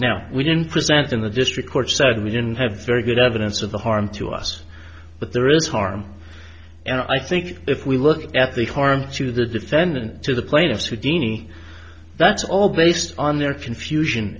now we can present in the district court said we didn't have very good evidence of the harm to us but there is harm and i think if we look at the harm to the defendant to the plaintiffs who dini that's all based on their confusion